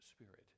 Spirit